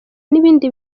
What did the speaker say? n’ibindi